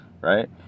right